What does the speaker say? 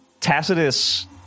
Tacitus